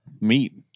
meat